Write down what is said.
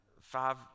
five